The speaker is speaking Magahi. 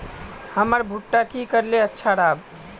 हमर भुट्टा की करले अच्छा राब?